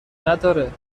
نداره